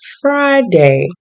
Friday